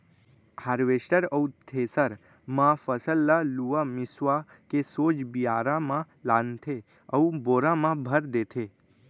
harvester अउ thresher म फसल ल लुवा मिसवा के सोझ बियारा म लानथे अउ बोरा म भर देथे